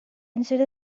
instead